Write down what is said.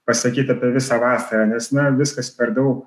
pasakyt apie visą vasarą nes na viskas per daug